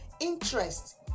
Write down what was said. Interest